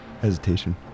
Hesitation